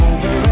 Over